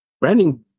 Branding